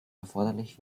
erforderlich